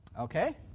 Okay